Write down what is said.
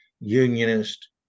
unionist